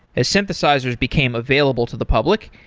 as synthesizers became available to the public,